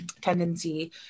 tendency